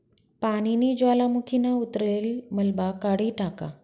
पानीनी ज्वालामुखीना उतरलेल मलबा काढी टाका